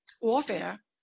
warfare